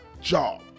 job